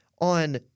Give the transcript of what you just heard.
on